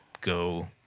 go